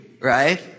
right